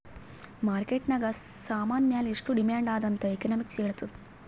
market ನಾಗ್ ಸಾಮಾನ್ ಮ್ಯಾಲ ಎಷ್ಟು ಡಿಮ್ಯಾಂಡ್ ಅದಾ ಅಂತ್ ಎಕನಾಮಿಕ್ಸ್ ಹೆಳ್ತುದ್